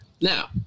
Now